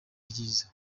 ryiza